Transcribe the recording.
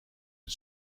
een